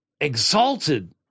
exalted